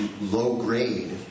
low-grade